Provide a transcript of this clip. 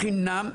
חינם,